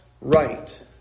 right